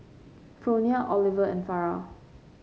Fronia Oliver and Farrah